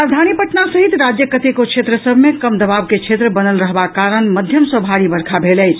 राजधानी पटना सहित राज्यक कतेको क्षेत्र सभ मे कम दबाव के क्षेत्र बनल रहबाक कारण मध्यम सॅ भारी वर्षा भेल अछि